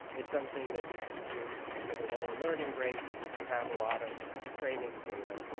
it's something that you can do with a lower learning rate if you have a lot of training data,